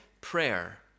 prayer